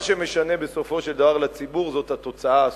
מה שמשנה בסופו של דבר לציבור זאת התוצאה הסופית.